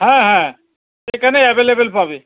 হ্যাঁ হ্যাঁ এখানে অ্যাভেলেবেল পাবে